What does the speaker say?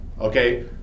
okay